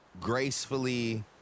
gracefully